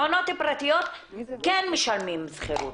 מעונות פרטיות כן משלמים שכירות.